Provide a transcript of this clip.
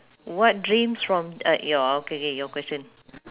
what dreams from uh your okay okay your question